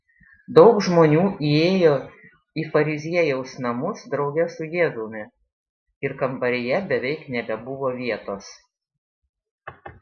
daug žmonių įėjo į fariziejaus namus drauge su jėzumi ir kambaryje beveik nebebuvo vietos